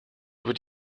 would